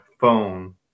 phone